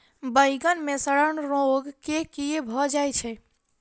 बइगन मे सड़न रोग केँ कीए भऽ जाय छै?